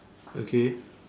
okay